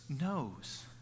knows